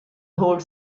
whole